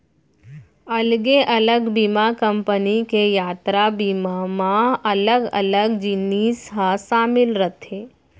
अलगे अलग बीमा कंपनी के यातरा बीमा म अलग अलग जिनिस ह सामिल रथे